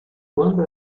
quando